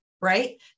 right